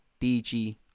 dg